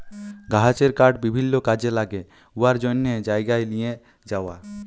গাহাচের কাঠ বিভিল্ল্য কাজে ল্যাগে উয়ার জ্যনহে জায়গায় লিঁয়ে যাউয়া